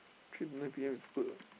three to nine P_M is good [what]